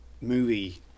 movie